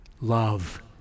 love